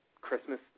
Christmas